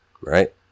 Right